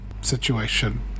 situation